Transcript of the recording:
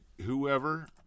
whoever